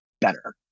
better